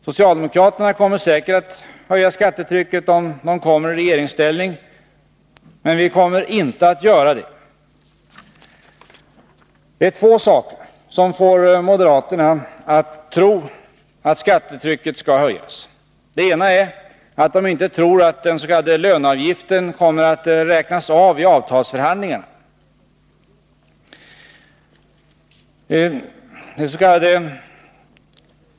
Socialdemokraterna kommer säkert att höja skattetrycket, om de kommer i regeringsställning, men vi kommer inte att göra det. Det är två saker som får moderaterna att tro att skattetrycket skall höjas. Det ena är att de inte tror att den s.k. löneavgiften kommer att räknas av i avtalsförhandlingarna.